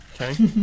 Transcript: Okay